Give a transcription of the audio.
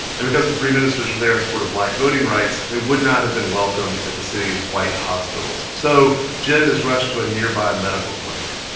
and because the three ministers were there in support of black voting rights, they would not have been welcome at the city's white hospitals. so jim is rushed to a nearby medical clinic,